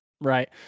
Right